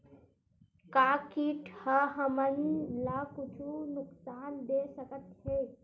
का कीट ह हमन ला कुछु नुकसान दे सकत हे?